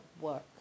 work